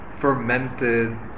fermented